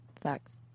Facts